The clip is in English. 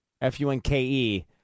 F-U-N-K-E